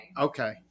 Okay